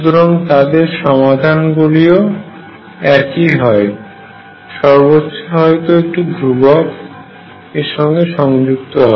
সুতরাং তাদের সমাধান গুলি ও একই হয় সর্বোচ্চ হয়তো একটি নতুন ধ্রুবক a যুক্ত হয়